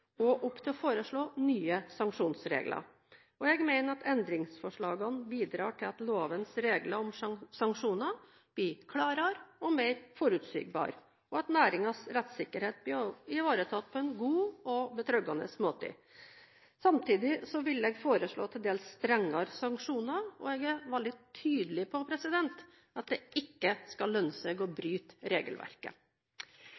også opp til å foreslå nye sanksjonsregler. Jeg mener at endringsforslagene bidrar til at lovens regler om sanksjoner blir klarere og mer forutsigbare, og at næringens rettsikkerhet blir ivaretatt på en god og betryggende måte. Samtidig vil jeg foreslå til dels strengere sanksjoner, og jeg er tydelig på at det ikke skal lønne seg å